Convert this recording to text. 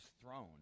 throne